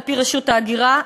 על-פי רשות ההגירה,